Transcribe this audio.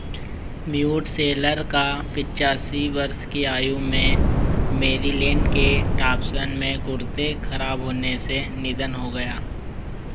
का पिचासी वर्ष की आयु में मैरीलैंड के टॉवसन में गुर्दे खराब होने से निधन हो गया